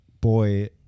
boy